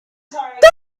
that